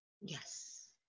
Yes